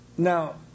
Now